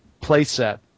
playset